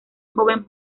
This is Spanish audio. joven